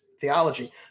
theology